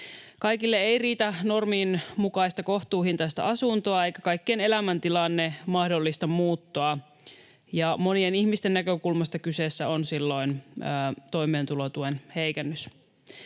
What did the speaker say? Kaikille ei riitä normin mukaista kohtuuhintaista asuntoa, eikä kaikkien elämäntilanne mahdollista muuttoa. Monien ihmisten näkökulmasta kyseessä on silloin toimeentulotuen heikennys.